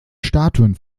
statuen